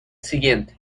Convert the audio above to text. siguiente